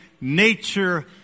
nature